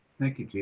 thank you, chief.